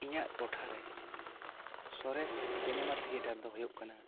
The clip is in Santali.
ᱤᱧᱟᱹᱜ ᱴᱚᱴᱷᱟ ᱨᱮ ᱥᱚᱨᱮᱥ ᱥᱤᱱᱮᱢᱟ ᱛᱷᱤᱭᱮᱴᱟᱨ ᱫᱚ ᱦᱩᱭᱩᱜ ᱠᱟᱱᱟ